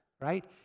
right